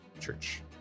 church